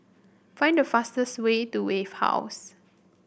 find the fastest way to Wave House